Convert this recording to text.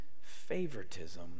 favoritism